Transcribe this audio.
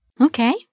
Okay